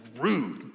rude